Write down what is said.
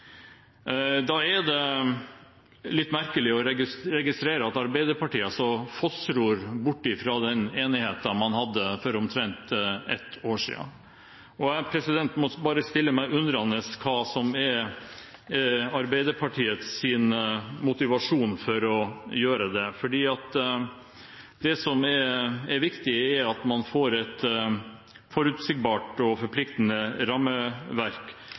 Da er det litt merkelig å registrere at Arbeiderpartiet fossror bort fra den enigheten man hadde for omtrent ett år siden. Jeg må bare stille meg undrende til hva som er Arbeiderpartiets motivasjon for å gjøre det. For det som er viktig, er at man får et forutsigbart og forpliktende rammeverk